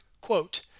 quote